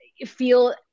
feel